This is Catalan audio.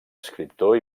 escriptor